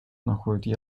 находит